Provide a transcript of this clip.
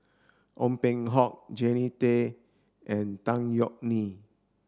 Ong Peng Hock Jannie Tay and Tan Yeok Nee